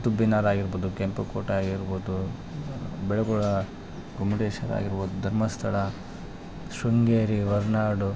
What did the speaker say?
ಕುತುಬ್ಬಿನಾರ್ ಆಗಿರ್ಬೋದು ಕೆಂಪು ಕೋಟೆ ಆಗಿರ್ಬೋದು ಬೆಳ್ಗೊಳ ಗೊಮ್ಟೇಶ್ವರ ಆಗಿರ್ಬೋದು ಧರ್ಮಸ್ಥಳ ಶೃಂಗೇರಿ ಹೊರ್ನಾಡು